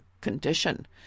condition